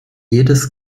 jedes